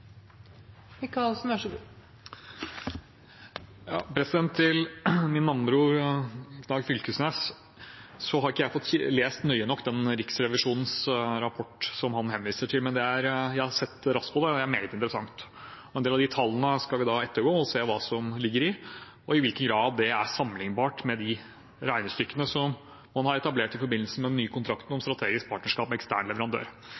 Til min navnebror Knag Fylkesnes: Jeg har ikke fått lest nøye nok den rapporten fra Riksrevisjonen som han henviser til, men jeg har sett raskt på det, og det er meget interessant. En del av de tallene skal vi ettergå og se hva som ligger, og i hvilken grad det er sammenlignbart med de regnestykkene som man har etablert i forbindelse med den nye kontrakten